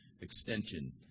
extension